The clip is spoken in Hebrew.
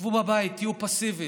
שבו בבית, תהיו פסיביים,